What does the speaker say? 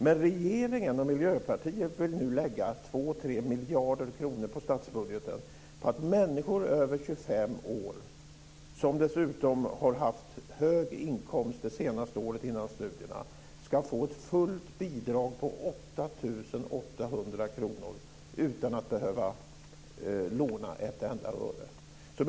Men regeringen och Miljöpartiet vill nu lägga 2-3 miljarder kronor av statsbudgeten på att människor över 25 år, som dessutom har haft hög inkomst det senaste året före studierna, ska få ett fullt bidrag på 8 800 kr utan att behöva låna ett enda öre.